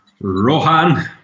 Rohan